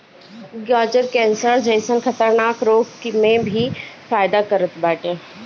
गाजर कैंसर जइसन खतरनाक रोग में भी फायदा करत बाटे